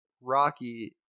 Rocky